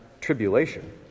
tribulation